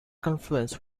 confluence